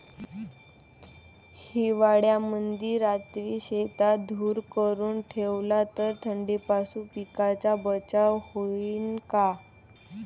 हिवाळ्यामंदी रात्री शेतात धुर करून ठेवला तर थंडीपासून पिकाचा बचाव होईन का?